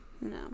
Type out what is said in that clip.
no